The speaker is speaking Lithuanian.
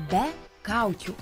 be kaukių